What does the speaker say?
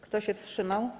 Kto się wstrzymał?